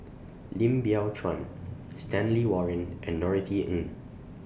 Lim Biow Chuan Stanley Warren and Norothy Ng